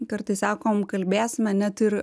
kartais sakom kalbėsime net ir